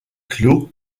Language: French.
clos